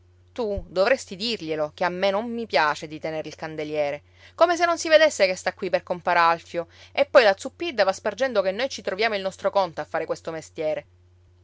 tu dovresti dirglielo che a me non mi piace di tenere il candeliere come se non si vedesse che sta qui per compar alfio e poi la zuppidda va spargendo che noi ci troviamo il nostro conto a fare questo mestiere